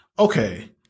Okay